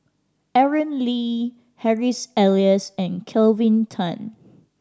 Aaron Lee Harry's Elias and Kelvin Tan